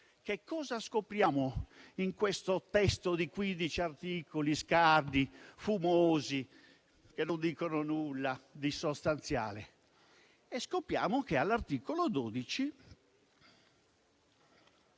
Che cosa scopriamo in questo testo di 15 articoli scarni e fumosi che non dicono nulla di sostanziale? Scopriamo, all'articolo 12,